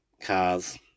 cars